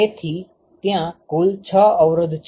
તેથી ત્યાં કુલ 6 અવરોધ છે